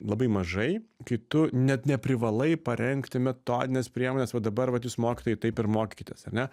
labai mažai kai tu net neprivalai parengti metodines priemones dabar vat jūs mokytojai taip ir mokykitės ar ne